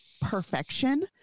perfection